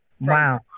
wow